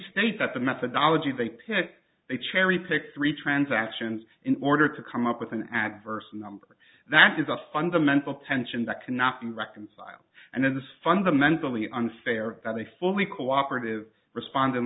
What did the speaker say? state that the methodology they pick they cherry pick three transactions in order to come up with an adverse number that is a fundamental tension that cannot be reconciled and in this fundamentally unfair that they fully cooperative respond